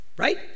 Right